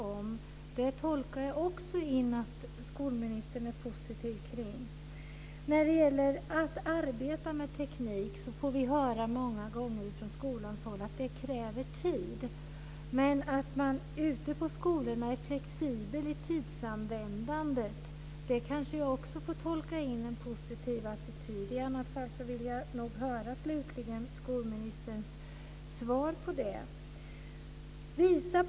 Också här tolkar jag in en positiv inställning från skolministern. När det gäller att arbeta med teknik får vi många gånger från skolans håll höra att det kräver tid. Kan jag också tolka in en positiv attityd till att man ute i skolorna ska ha en flexibel tidsanvändning? Jag vill annars få ett svar från skolministern på den frågan.